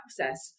access